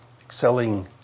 excelling